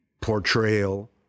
portrayal